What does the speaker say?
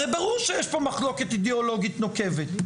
הרי ברור שיש פה מחלוקת אידיאולוגית נוקבת.